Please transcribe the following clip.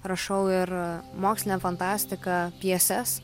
rašau ir mokslinę fantastiką pjeses